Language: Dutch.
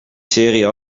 serie